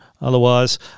otherwise